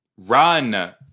Run